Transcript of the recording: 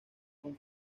con